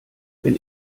wenn